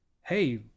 hey